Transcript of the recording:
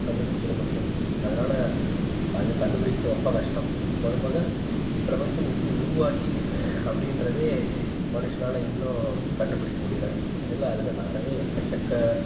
கண்டுபிடிச்சிற முடியும் அதனால அது கண்டுபிடிக்கிறது ரொம்ப கஷ்டம் மொதல் மொதல் பிரபஞ்சம் எப்படி உருவாச்சு அப்படின்றதே மனுஷனால் இன்னும் கண்டுபிடிக்க முடியலை இதில் அதில் நிறைய எக்கச்சக்க